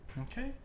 Okay